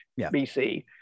BC